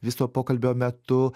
viso pokalbio metu